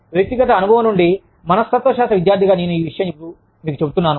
వ్యక్తిగత అనుభవం నుండి మనస్తత్వశాస్త్ర విద్యార్థిగా నేను ఈ విషయం మీకు చెప్తున్నాను